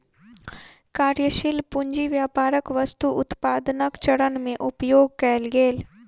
कार्यशील पूंजी के व्यापारक वस्तु उत्पादनक चरण में उपयोग कएल गेल